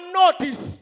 notice